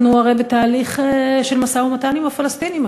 אנחנו הרי בתהליך של משא-ומתן עם הפלסטינים.